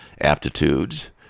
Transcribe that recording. aptitudes